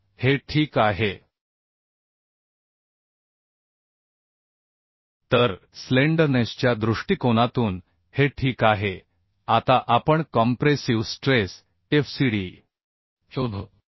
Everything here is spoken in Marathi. तर हे ठीक आहे तर स्लेंडरनेसच्या दृष्टिकोनातून हे ठीक आहे आता आपण कॉम्प्रेसिव स्ट्रेस FCD शोधू